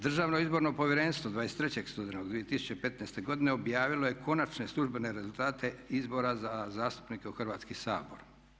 Državno izborno povjerenstvo 23. studenog 2015. godine objavilo je konačne službene rezultate izbora za zastupnike u Hrvatski sabor.